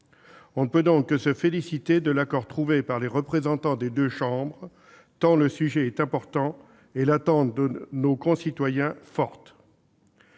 On ne peut donc que se féliciter de l'accord trouvé par les représentants des deux chambres, tant le sujet est important et l'attente de nos concitoyens, forte.